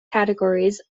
categories